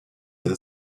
der